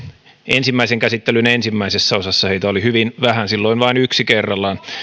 ensimmäisen käsittelyn ensimmäisessäkin osassa heitä oli hyvin vähän silloin vain yksi kerrallaan